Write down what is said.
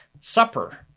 supper